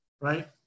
right